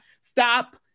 Stop